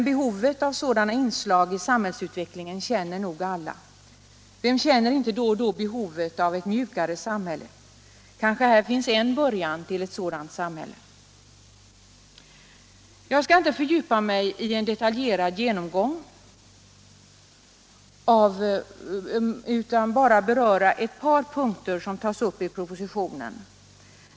Behovet av sådana inslag i samhällsutvecklingen känner nog alla. Vem känner inte då och då behovet av ett mjukare samhälle? Kanske här finns en början till ett sådant samhälle. Jag skall inte fördjupa mig i en detaljerad genomgång utan bara beröra ett par punkter som tas upp i propositionen.